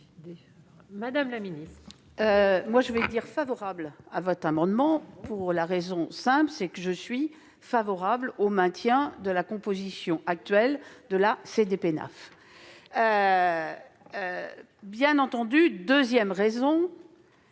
madame la ministre,